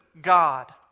God